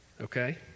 Okay